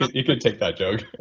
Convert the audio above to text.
he can take that joke.